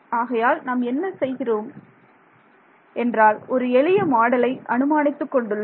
ஆகையால் நாம் என்ன செய்கிறோம் என்றால் ஒரு எளிய மாடலை அனுமானித்துக் கொண்டுள்ளோம்